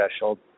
threshold